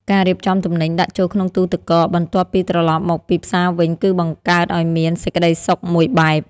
ការរៀបចំទំនិញដាក់ចូលក្នុងទូទឹកកកបន្ទាប់ពីត្រឡប់មកពីផ្សារវិញ គឺបង្កើតឲ្យមាន សេចក្ដីសុខមួយបែប។